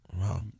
Wow